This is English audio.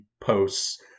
posts